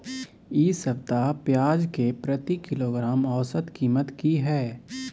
इ सप्ताह पियाज के प्रति किलोग्राम औसत कीमत की हय?